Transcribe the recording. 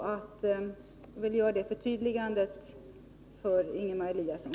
— Jag vill göra det förtydligandet för Ingemar Eliasson.